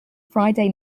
friday